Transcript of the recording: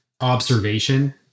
observation